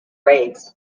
rays